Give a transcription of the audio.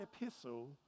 epistle